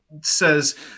says